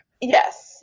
Yes